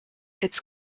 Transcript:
its